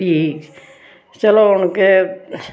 भी चलो हून केह्